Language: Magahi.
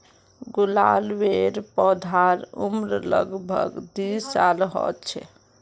गुलाबेर पौधार उम्र लग भग दी साल ह छे